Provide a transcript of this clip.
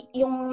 yung